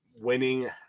winning